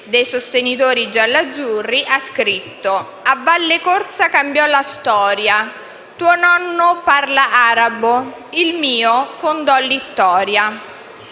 dei sostenitori gialloazzurri - ha scritto: «A Vallecorsa cambiò la storia, tuo nonno parla arabo... il mio fondò Littoria!».